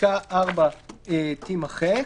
פסקה (4) - תימחק."